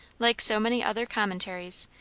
like so many other commentaries,